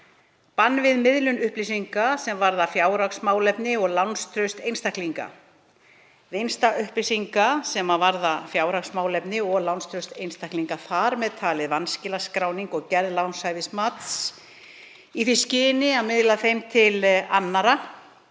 „Bann við miðlun upplýsinga sem varða fjárhagsmálefni og lánstraust einstaklinga. Vinnsla upplýsinga sem varða fjárhagsmálefni og lánstraust einstaklinga, þ.m.t. vanskilaskráning og gerð lánshæfismats, í því skyni að miðla þeim til annarra,